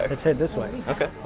ah let's head this way, okay?